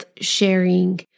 sharing